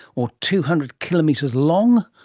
or two hundred kilometres long?